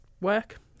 work